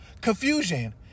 confusion